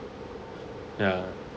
ya